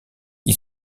qui